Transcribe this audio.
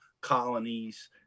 colonies